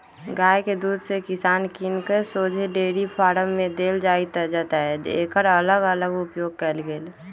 गाइ के दूध किसान से किन कऽ शोझे डेयरी फारम में देल जाइ जतए एकर अलग अलग उपयोग कएल गेल